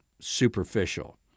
superficial